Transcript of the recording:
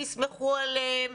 תסמכו עליהם,